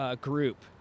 group